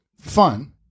fun